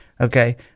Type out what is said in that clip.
okay